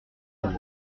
jours